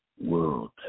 world